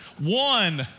One